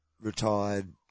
retired